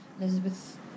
Elizabeth